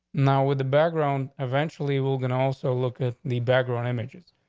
now with the background eventually, we're gonna also look at the background images